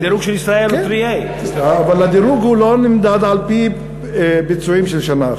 הדירוג של ישראל הוא AAA. אבל הדירוג לא נמדד על-פי ביצועים של שנה אחת.